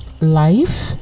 life